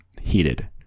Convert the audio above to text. heated